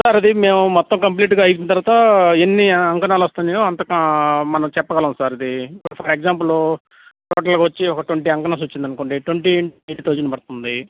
sir అది మేము మొత్తం కంప్లీట్గా అయిన తరువాత ఎన్ని అంకణాలు వస్తున్నాయో అంత మనం చెప్పగలము సార్ అది ఫర్ ఎగ్జాంపులు టోటల్గా వచ్చి ఒక ట్వెంటీ అంకణాస్ వచ్చిందనుకోండి ట్వెంటీ ఎయిటీ థౌజండ్ పడుతుంది